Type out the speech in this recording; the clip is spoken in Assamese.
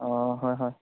অঁ হয় হয়